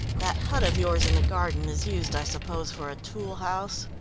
that hut of yours in the garden is used, i suppose, for a tool house.